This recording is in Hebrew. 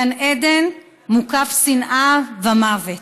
גן עדן מוקף שנאה ומוות.